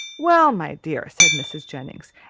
well, my dear, said mrs. jennings,